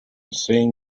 seeing